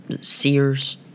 Sears